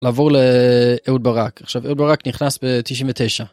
לעבור לאהוד ברק. עכשיו אהוד ברק נכנס בתשעים ותשע.